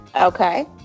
Okay